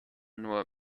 nur